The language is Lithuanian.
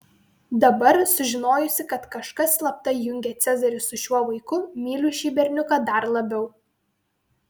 dabar sužinojusi kad kažkas slapta jungia cezarį su šiuo vaiku myliu šį berniuką dar labiau